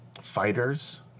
fighters